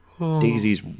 Daisy's